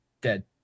dead